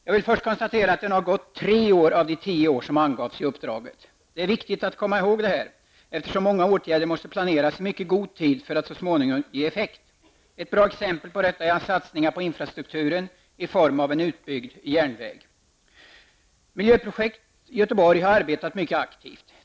Jag vill först konstatera att det nu har gått tre år av de tio år som angavs i uppdraget. Det är viktigt att komma ihåg detta eftersom många åtgärder måste planeras i mycket god tid för att så småningom ge effekt. Ett bra exempel på detta är satsningar på infrastrukturen i form av en utbyggd järnväg. Miljöprojekt Göteborg har arbetat mycket aktivt.